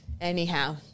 Anyhow